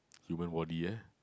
human body ah